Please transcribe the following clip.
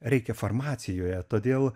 reikia farmacijoje todėl